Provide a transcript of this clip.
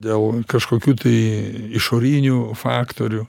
dėl kažkokių tai išorinių faktorių